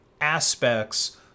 aspects